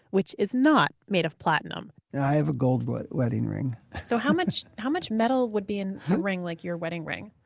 which is not made of platinum and i have a gold wedding ring so how much how much metal would be in a ring like your wedding ring?